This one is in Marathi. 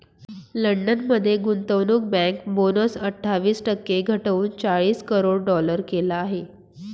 लंडन मध्ये गुंतवणूक बँक बोनस अठ्ठावीस टक्के घटवून चाळीस करोड डॉलर केला आहे